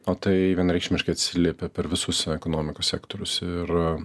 o tai vienareikšmiškai atsiliepia per visus ekonomikos sektorius ir